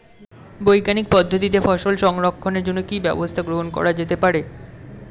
বৈজ্ঞানিক পদ্ধতিতে ফসল সংরক্ষণের জন্য কি ব্যবস্থা গ্রহণ করা যেতে পারে?